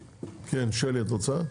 שלי, את רוצה?